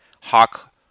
Hawk